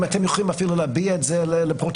אם אתם יכולים אפילו להביע את זה לפרוטוקול,